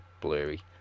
blurry